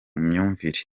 myumvire